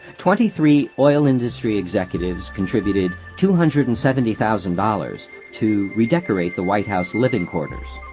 twenty-three oil industry executives contributed two hundred and seventy thousand dollars to redecorate the white house living quarters.